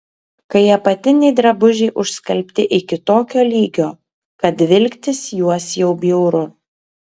kai apatiniai drabužiai užskalbti iki tokio lygio kad vilktis juos jau bjauru